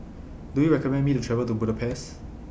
Do YOU recommend Me to travel to Budapest